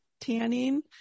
tanning